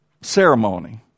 ceremony